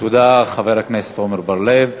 תודה, חבר הכנסת עמר בר-לב.